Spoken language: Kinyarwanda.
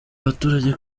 abaturage